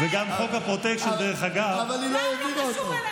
תודה לאל.